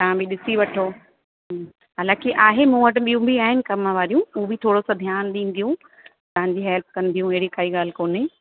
तव्हां बि ॾिसी वठो हूं हालांकि आहे मूं वटि ॿियूं बि आहिनि कम वारियूं हू बि थोरो सो ध्यानु ॾींदियूं तव्हांजी हेल्प कंदियूं अहिड़ी काई ॻाल्हि कोन्हे